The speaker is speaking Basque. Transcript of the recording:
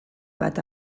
bat